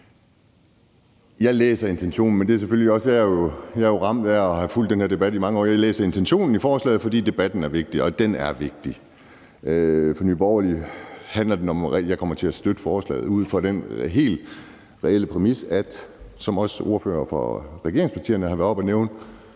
Jeg læser intentionen i forslaget, men jeg er selvfølgelig også ramt af at have fulgt den her debat i mange år. Jeg læser intentionen i forslaget, fordi debatten er vigtig. Den er vigtig. Jeg kommer til at støtte forslaget ud fra den helt reelle præmis, som også ordførere for regeringspartierne har været oppe og nævne,